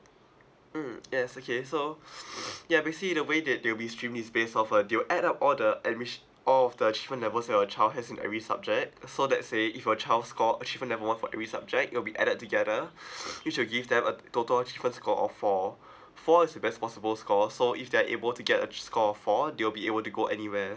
mm yes okay so yeah basically the way that they'll be streamed is based off uh they will add up all the adminis~ all of the achievement levels that your child has in every subject so let's say if your child score achievement level one for every subject it'll be added together it should give them a total achievement score of four four is the best possible score so if they are able to get a score of four they will be able to go anywhere